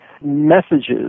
messages